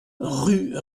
rue